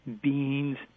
beans